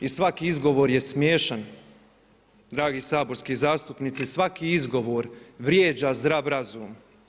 I svaki izgovor je smiješan, dragi saborski zastupnici, svaki izgovor vrijeđa zdrav razum.